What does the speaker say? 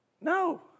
No